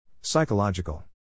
Psychological